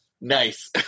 Nice